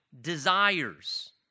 desires